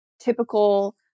typical